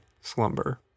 slumber